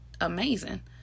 Amazing